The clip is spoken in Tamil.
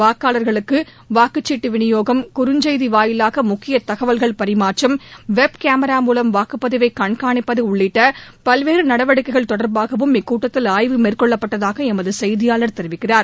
வாக்காளர்களுக்கு வாக்குச்சீட்டு விநியோகம் குறஞ்செய்தி வாயிலாக முக்கிய ககவல்கள் பரிமாற்றம் வெப்கேப்ரா மூலம் வாக்குப்பதிவை கண்காணிப்பது உள்ளிட்ட பல்வேறு நடவடிக்கைகள் தொடர்பாகவும் இக்கூட்டத்தில் ஆய்வு மேற்கொள்ளப்பட்டதாக எமது செய்தியாளர் தெரிவிக்கிறார்